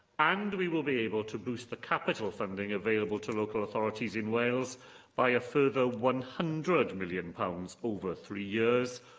and we will be able to boost the capital funding available to local authorities in wales by a further one hundred million pounds over three years,